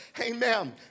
Amen